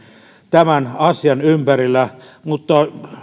tämän asian ympärillä mutta